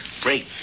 great